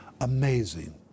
amazing